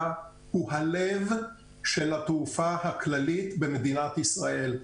הוא הלב של התעופה הכללית במדינת ישראל.